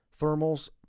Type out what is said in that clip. thermals